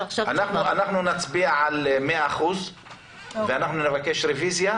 אנחנו נצביע על 100% ואנחנו נבקש רוויזיה,